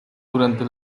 durante